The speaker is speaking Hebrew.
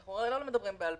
כי אנחנו הרי לא מדברים סתם.